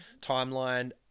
Timeline